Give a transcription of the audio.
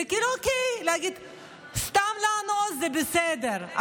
זה להגיד שסתם לאנוס זה בסדר,